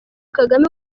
kagame